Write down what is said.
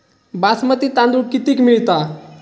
बासमती तांदूळ कितीक मिळता?